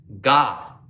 God